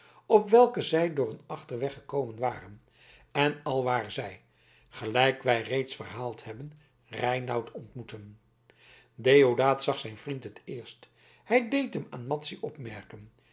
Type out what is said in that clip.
op welken zij door een achterweg gekomen waren en alwaar zij gelijk wij reeds verhaald hebben reinout ontmoetten deodaat zag zijn vriend het eerst hij deed hem aan madzy opmerken